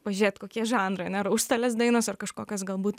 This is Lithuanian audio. pažiūrėt kokie žanrai ane ar užstalės dainos ar kažkokios galbūt